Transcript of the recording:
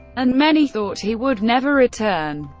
and many thought he would never return.